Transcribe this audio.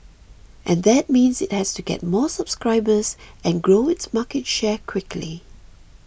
and that means it has to get more subscribers and grow its market share quickly